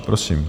Prosím.